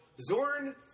Zorn